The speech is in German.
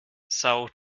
são